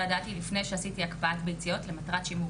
ידעתי לפני שעשיתי הקפאת ביציות למטרת שימור